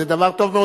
זה דבר טוב מאוד.